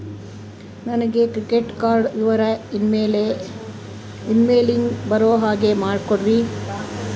ನನಗೆ credit card ವಿವರ email ಗೆ ಬರೋ ಹಾಗೆ ಮಾಡಿಕೊಡ್ರಿ?